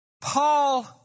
Paul